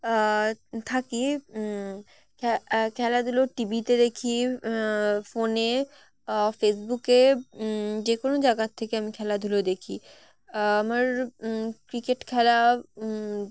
থাকি খেলাধুলো টিভিতে দেখি ফোনে ফেসবুকে যে কোনো জায়গার থেকে আমি খেলাধুলো দেখি আমার ক্রিকেট খেলা